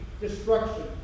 destruction